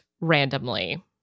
randomly